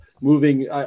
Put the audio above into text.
moving